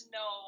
no